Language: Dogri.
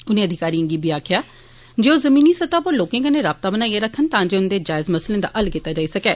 उनें अधिकारिएं गी एह बी आक्खेआ जे ओह् जमीनी स्तह उप्पर लोकें कन्नै राबता बनाईएं रक्खन तां जे उन्दे जायज मसले दा हल कीता जाई सकै